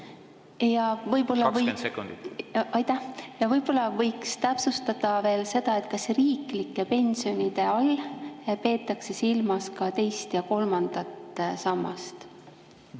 Ja võib-olla võiks täpsustada veel seda, kas riiklike pensionide all peetakse silmas ka teist ja kolmandat sammast.